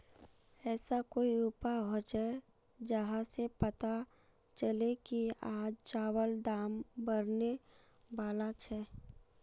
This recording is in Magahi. ऐसा कोई उपाय होचे जहा से पता चले की आज चावल दाम बढ़ने बला छे?